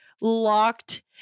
locked